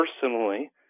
personally